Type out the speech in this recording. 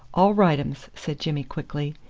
all right ums, said jimmy quickly,